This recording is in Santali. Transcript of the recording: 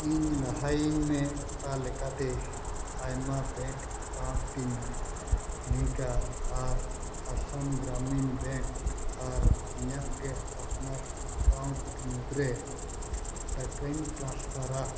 ᱤᱧ ᱞᱟᱹᱭᱟᱹᱧᱢᱮ ᱚᱠᱟ ᱞᱮᱠᱟᱛᱮ ᱟᱭᱢᱟ ᱵᱮᱝᱠ ᱮᱠᱟᱣᱩᱱᱴ ᱤᱧ ᱞᱤᱝᱠ ᱟ ᱟᱨ ᱟᱥᱟᱢ ᱜᱨᱟᱢᱤᱱ ᱵᱮᱝᱠ ᱟᱨ ᱤᱧᱟᱹᱜ ᱟᱯᱱᱟᱨ ᱮᱠᱟᱣᱩᱱᱴ ᱢᱩᱫᱽᱨᱮ ᱴᱟᱠᱟᱧ ᱴᱨᱟᱱᱥᱯᱷᱟᱨ ᱟ